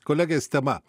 kolegės tema